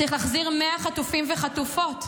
צריך להחזיר 100 חטופים וחטופות.